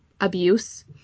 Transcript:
abuse